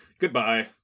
goodbye